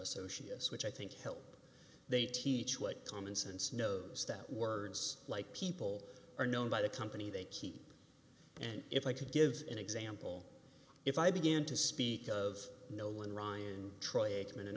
associates which i think help they teach what common sense knows that words like people are known by the company they keep and if i could give an example if i began to speak of nolan ryan troy